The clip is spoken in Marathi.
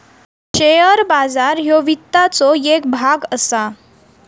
शेअर बाजार ह्यो वित्ताचो येक भाग असा